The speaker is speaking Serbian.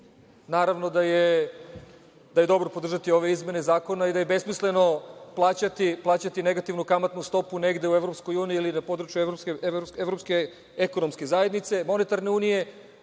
Naravno da je dobro podržati ove izmene zakona i da je besmisleno plaćati negativnu kamatnu stopu negde u EU ili na području Evropske